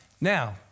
Now